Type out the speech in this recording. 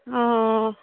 অঁ